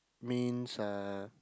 means uh